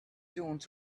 dunes